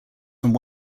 from